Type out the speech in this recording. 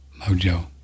mojo